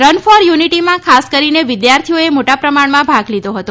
run for યુનિટીમાં ખાસ કરીને વિદ્યાર્થીઓએ મોટા પ્રમાણમાં ભાગ લીધો હતો